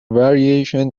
variation